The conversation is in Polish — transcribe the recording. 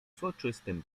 soczystym